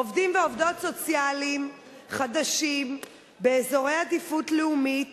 עובדים ועובדות סוציאליים חדשים באזורי עדיפות לאומית